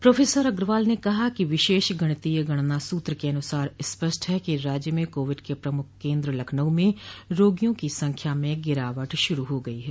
professor Agrawal ने कहा कि विशेष गणितीय गणना सूत्र के अनुसार स्पष्ट है कि राज्य में कोविड के प्रमुख केंद्र लखनऊ में रोगियों की संख्या में गिरावट शुरू हो गई है